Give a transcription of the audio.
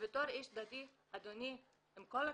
בתור איש דתי, אדוני, עם כל הכבוד,